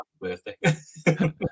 birthday